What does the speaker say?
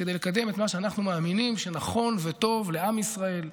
כדי לקדם את מה שאנחנו מאמינים שנכון וטוב לעם ישראל,